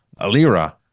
alira